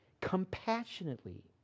compassionately